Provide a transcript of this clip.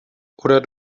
oder